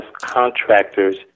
contractors